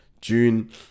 June